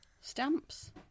stamps